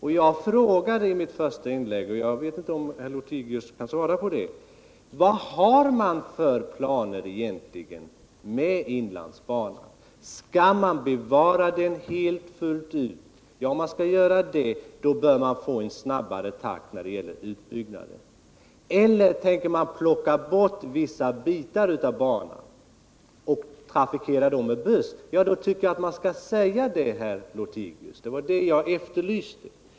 Jag frågade i mitt första anförande — och jag vet inte om herr Lothigius kan svara på det — vad man egentligen har för planer med inlandsbanan. Skall man bevara den helt, bör utbyggnadstakten bli snabbare. Tänker man plocka bort vissa delar av banan och trafikera dessa med buss, så tycker jag att man bör säga det, herr Lothigius. Det var det jag efterlyste.